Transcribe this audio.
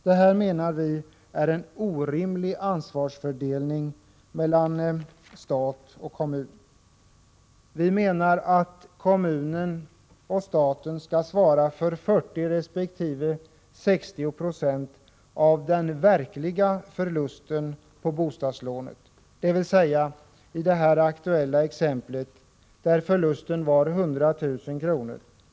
Det menar vi är en orimlig ansvarsfördelning mellan stat och kommun. Vi menar att kommunen och staten skall svara för 40 26 resp. 6076 av den verkliga förlusten på bostadslånet, dvs. i det aktuella exemplet där förlusten var 100 000 kr.